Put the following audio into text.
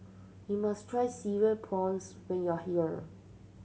you must try Cereal Prawns when you are here